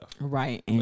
right